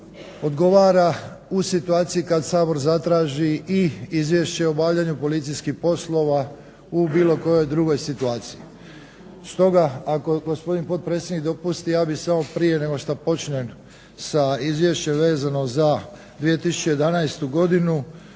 odgovara u situaciji kad Sabor zatraži i izvješće o obavljaju policijskih poslova u bilo kojoj drugoj situaciji. Stoga ako gospodin potpredsjednik dopusti ja bih samo prije nego što počnem sa izvješćem vezano za 2011. godinu